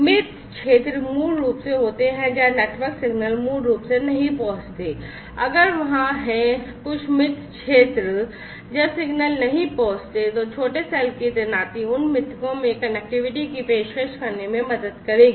मृत क्षेत्र मूल रूप से होते हैं जहां नेटवर्क सिग्नल मूल रूप से नहीं पहुंचते हैं अगर वहाँ है अगर कुछ मृत क्षेत्र हैं जहां सिग्नल नहीं पहुंचते हैं तो छोटे सेल की तैनाती उन मृतकों में कनेक्टिविटी की पेशकश करने में मदद करेगी